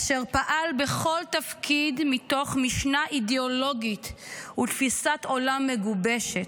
אשר פעל בכל תפקיד מתוך משנה אידאולוגית ותפיסת עולם מגובשת.